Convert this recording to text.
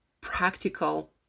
practical